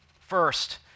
First